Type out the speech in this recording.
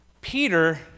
Peter